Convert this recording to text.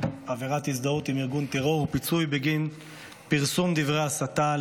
עבירת הזדהות עם ארגון טרור ופיצוי בגין פרסום דברי הסתה לטרור),